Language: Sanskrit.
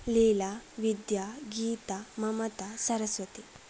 लीला विद्या गीता ममता सरस्वती